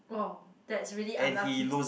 oh that's really unlucky